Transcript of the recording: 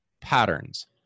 patterns